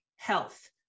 health